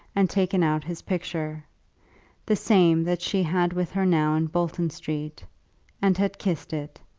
and taken out his picture the same that she had with her now in bolton street and had kissed it,